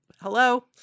Hello